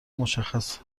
مشخصه